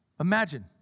Imagine